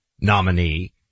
nominee